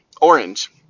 orange